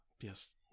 Yes